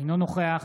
אינו נוכח